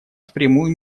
впрямую